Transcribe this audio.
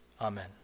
amen